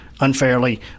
unfairly